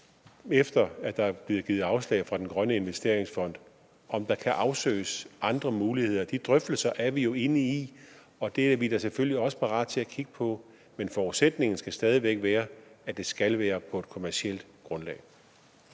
efter at der er blevet givet afslag fra den grønne investeringsfond, om der er andre muligheder. De drøftelser er vi jo inde i, og det er vi selvfølgelig også parat til at kigge på, men forudsætningen skal stadig væk være, at det skal være på et kommercielt grundlag.